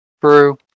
True